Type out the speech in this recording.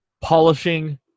polishing